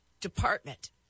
department